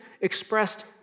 expressed